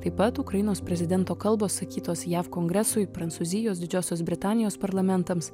taip pat ukrainos prezidento kalbos sakytos jav kongresui prancūzijos didžiosios britanijos parlamentams